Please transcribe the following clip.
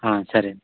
సరే